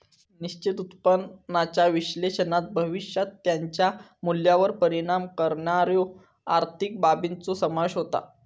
निश्चित उत्पन्नाच्या विश्लेषणात भविष्यात त्याच्या मूल्यावर परिणाम करणाऱ्यो आर्थिक बाबींचो समावेश होता